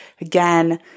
Again